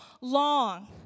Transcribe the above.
long